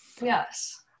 Yes